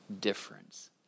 difference